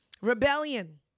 Rebellion